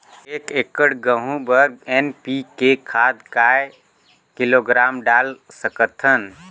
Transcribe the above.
एक एकड़ गहूं बर एन.पी.के खाद काय किलोग्राम डाल सकथन?